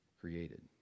created